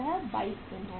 यह 22 दिन है